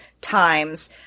times